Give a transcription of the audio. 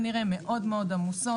הן מאוד עמוסות